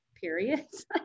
periods